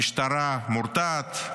המשטרה מורתעת,